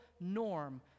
norm